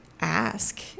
ask